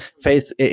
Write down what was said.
Faith